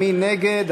מי נגד?